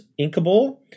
inkable